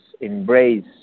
embrace